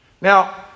Now